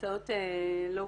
לא כולנו,